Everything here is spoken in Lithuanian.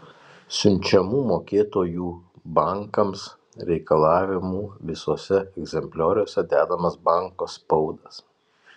siunčiamų mokėtojų bankams reikalavimų visuose egzemplioriuose dedamas banko spaudas